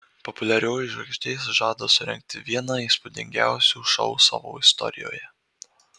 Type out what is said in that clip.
populiarioji žvaigždė žada surengti vieną įspūdingiausių šou savo istorijoje